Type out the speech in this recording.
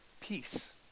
peace